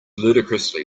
ludicrously